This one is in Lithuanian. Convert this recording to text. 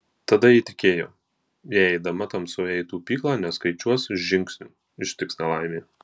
tada ji tikėjo jei eidama tamsoje į tupyklą neskaičiuos žingsnių ištiks nelaimė